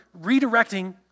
redirecting